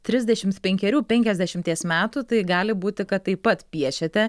trisdešimt penkerių penkiasdešimties metų tai gali būti kad taip pat piešėte